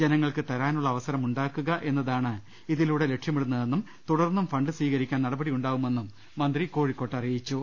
ജനങ്ങൾക്ക് തരാനുളള അവസരം ഉണ്ടാക്കുകയെന്നതാണ് ഇതിലൂടെ ലക്ഷ്യമിടുന്നതെന്നും തുടർന്നും ഫണ്ട് സ്വീകരിക്കാൻ നടപടിയുണ്ടാവുമെന്നും മന്ത്രി കോഴിക്കോട്ട് അറിയിച്ചു